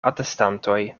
atestantoj